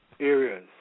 areas